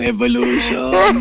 Evolution